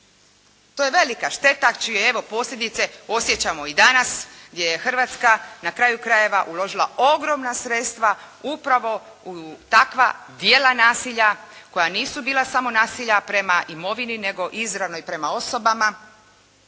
To je velika šteta čije evo posljedice osjećamo i danas gdje je Hrvatska na kraju krajeva uložila ogromna sredstva upravo u takva djela nasilja koja nisu bila samo nasilja prema imovini nego izravno i prema osobama